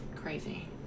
crazy